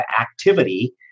activity